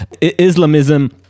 Islamism